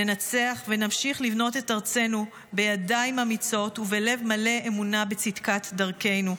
ננצח ונמשיך לבנות את ארצנו בידיים אמיצות ובלב מלא אמונה בצדקת דרכנו.